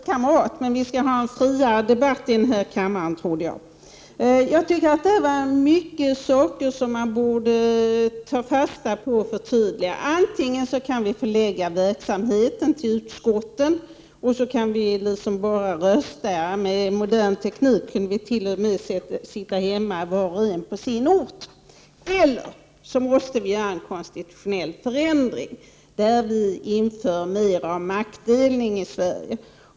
SST Herr talman! Det är kanske en innovation att jag talar till en partikamrat, men vi skulle ju ha en friare debatt här i kammaren. Jag tycker att här fanns mycket som man bör ta fasta på och förtydliga. Antingen kan vi förlägga verksamheten till utskotten och sedan bara rösta — med modern teknik kunde vi t.o.m. sitta hemma, var och en på sin ort — eller så måste vi göra en konstitutionell förändring, där vi inför mera av maktdelning i Sverige.